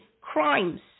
crimes